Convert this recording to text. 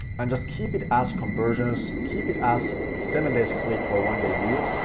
and just keep it as conversions, keep it as seven days click or one day view,